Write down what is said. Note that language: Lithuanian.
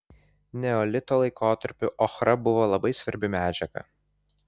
neolito laikotarpiu ochra buvo labai svarbi medžiaga